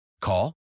Call